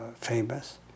famous